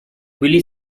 willie